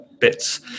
bits